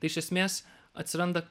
tai iš esmės atsiranda